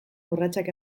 urratsak